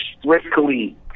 strictly